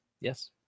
yes